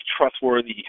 trustworthy